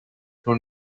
nun